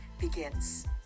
begins